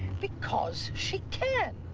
because she can.